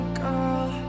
girl